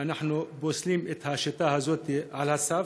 שאנחנו פוסלים את השיטה הזאת על הסף,